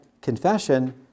confession